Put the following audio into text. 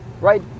right